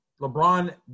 LeBron